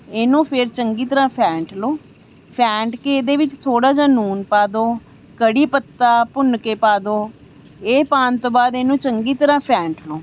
ਇਹਨੂੰ ਫਿਰ ਚੰਗੀ ਤਰ੍ਹਾਂ ਫੈਂਟ ਲਓ ਫੈਂਟ ਕੇ ਇਹਦੇ ਵਿੱਚ ਥੋੜ੍ਹਾ ਜਿਹਾ ਲੂਣ ਪਾ ਦੋ ਕੜੀ ਪੱਤਾ ਭੁੰਨ ਕੇ ਪਾ ਦਿਉ ਇਹ ਪਾਉਣ ਤੋਂ ਬਾਅਦ ਇਹਨੂੰ ਚੰਗੀ ਤਰਾਂ ਫੈਂਟ ਲਉ